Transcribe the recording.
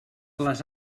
les